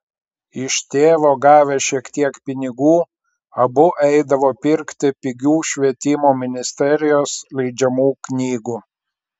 iš tėvo gavę šiek tiek pinigų abu eidavo pirkti pigių švietimo ministerijos leidžiamų knygų